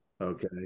Okay